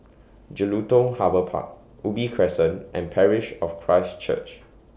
Jelutung Harbour Park Ubi Crescent and Parish of Christ Church